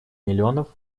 миллионов